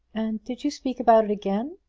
and did you speak about it again?